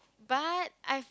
but I